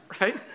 right